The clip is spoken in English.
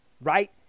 Right